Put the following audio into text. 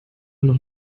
noch